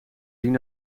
zien